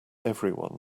everyone